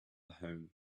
home